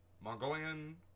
Mongolian